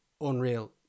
unreal